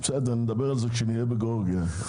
נדבר על זה כשנהיה בגיאורגיה.